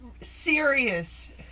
Serious